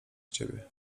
ciebie